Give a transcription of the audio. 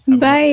Bye